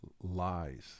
lies